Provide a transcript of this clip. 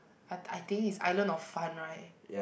I I think is island of fun right